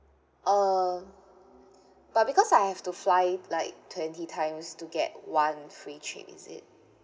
uh but because I have to fly like twenty times to get one free trip is it